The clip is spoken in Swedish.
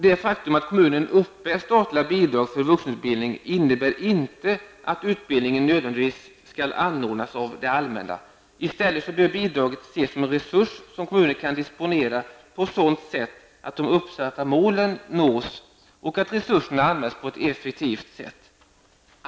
Det faktum att kommunen uppbär statliga bidrag för vuxenutbildning innebär inte att utbildningen nödvändigtvis skall anordnas av det allmänna. I stället bör bidraget ses som en resurs som kommunen kan disponera på ett sådant sätt att de uppsatta målen nås och att resurserna används på ett effektivt sätt.